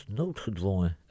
noodgedwongen